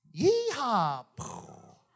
Yeehaw